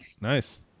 Nice